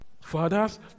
Fathers